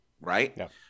right